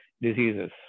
diseases